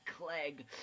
Clegg